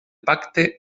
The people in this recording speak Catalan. pacte